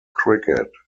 cricket